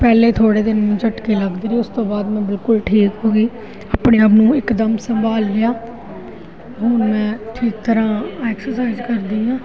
ਪਹਿਲੇ ਥੋੜ੍ਹੇ ਦਿਨ ਝਟਕੇ ਲੱਗਦੇ ਰਹੇ ਉਸ ਤੋਂ ਬਾਅਦ ਮੈਂ ਬਿਲਕੁਲ ਠੀਕ ਹੋ ਗਈ ਆਪਣੇ ਆਪ ਨੂੰ ਇਕਦਮ ਸੰਭਾਲ ਲਿਆ ਹੁਣ ਮੈ ਠੀਕ ਤਰ੍ਹਾਂ ਅਕਸਰਸਾਇਜ ਕਰਦੀ ਹਾਂ